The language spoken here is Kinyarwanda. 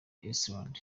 iceland